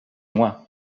moi